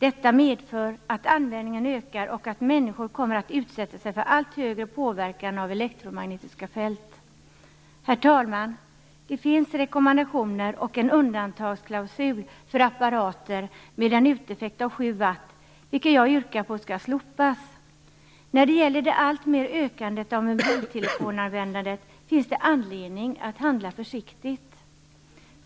Detta medför att användningen av mobiltelefoner ökar och att människor därmed utsätter sig för en allt större påverkan från elektromagnetiska fält. Herr talman! Det finns rekommendationer och en undantagsklausul för apparater med en uteffekt av 7 watt, något som jag yrkar på skall slopas. När det gäller det ökande användandet av mobiltelefoner finns det anledning att handla försiktigt.